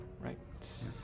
Right